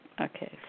Okay